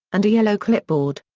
and a yellow clipboard.